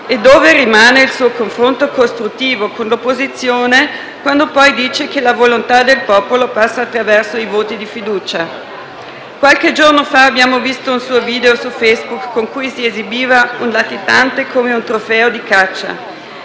E dove rimane il suo confronto costruttivo con l'opposizione, quando poi dice che la volontà del popolo passa attraverso i voti di fiducia? Qualche giorno fa abbiamo visto un suo video su Facebook in cui si esibiva un latitante come un trofeo dì caccia.